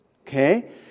Okay